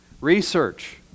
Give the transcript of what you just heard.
Research